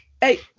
hey